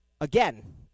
Again